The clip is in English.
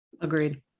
Agreed